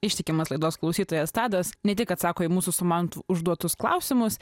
ištikimas laidos klausytojas tadas ne tik atsako į mūsų su mantu užduotus klausimus